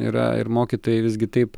yra ir mokytojai visgi taip